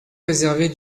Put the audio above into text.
réservée